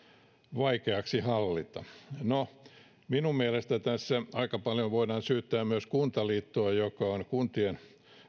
vaikeaksi hallita no minun mielestäni tässä aika paljon voidaan syyttää myös kuntaliittoa joka on kuntien